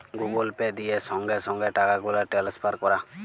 Google Pay দিয়ে সংগে সংগে টাকাগুলা টেলেসফার ক্যরা